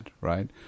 right